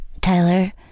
Tyler